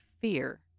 fear